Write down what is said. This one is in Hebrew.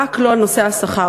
רק לא על נושא השכר,